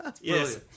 yes